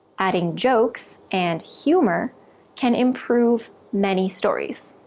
adding jokes and humour can improve many stories.